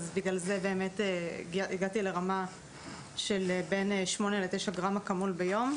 אז בגלל זה באמת הגעתי לרמה של בין 8 ל-9 גרם של אקמול ביום,